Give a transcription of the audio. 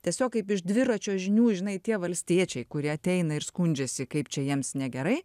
tiesiog kaip iš dviračio žinių žinai tie valstiečiai kurie ateina ir skundžiasi kaip čia jiems negerai